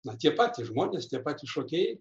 na tie patys žmonės tie patys šokėjai